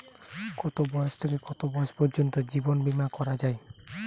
কতো বয়স থেকে কত বয়স পর্যন্ত জীবন বিমা করা যায়?